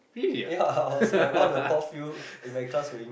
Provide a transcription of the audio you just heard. really ah